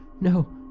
No